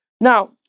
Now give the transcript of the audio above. Now